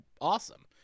awesome